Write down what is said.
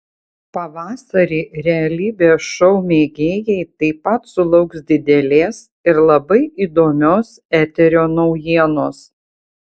pavasarį realybės šou mėgėjai taip pat sulauks didelės ir labai įdomios eterio naujienos